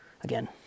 again